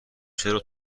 چرا